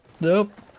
Nope